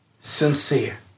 sincere